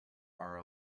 are